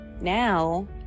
now